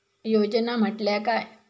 योजना म्हटल्या काय?